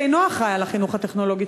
שאינו אחראי לחינוך הטכנולוגי,